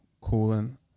cooling